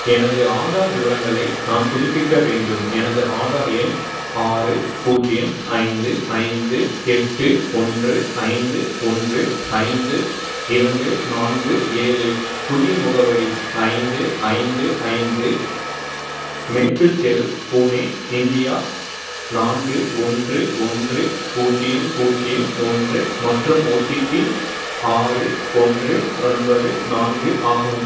எனது ஆதார் விவரங்களை நான் புதுப்பிக்க வேண்டும் எனது ஆதார் எண் ஆறு பூஜ்ஜியம் ஐந்து ஐந்து எட்டு ஒன்று ஐந்து ஒன்று ஐந்து இரண்டு நான்கு ஏழு புதிய முகவரி ஐந்து ஐந்து ஐந்து மேப்பிள் தெரு புனே இந்தியா நான்கு ஒன்று ஒன்று பூஜ்ஜியம் பூஜ்ஜியம் ஒன்று மற்றும் ஓடிபி ஆறு ஒன்று ஒன்பது நான்கு ஆகும்